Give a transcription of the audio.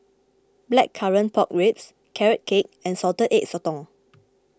Blackcurrant Pork Ribs Carrot Cake and Salted Egg Sotong